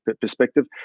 perspective